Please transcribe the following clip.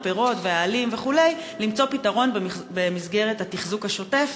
הפירות והעלים וכו' למצוא פתרון במסגרת התחזוקה השוטפת,